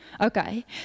Okay